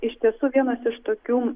iš tiesų vienas iš tokių